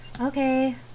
Okay